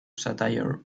satire